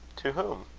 to whom?